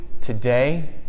today